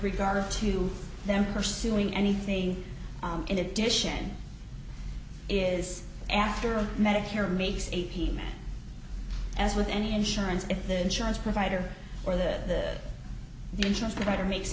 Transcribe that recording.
regard to them pursuing anything in addition is after medicare makes eighteen as with any insurance if the insurance provider or the internet or makes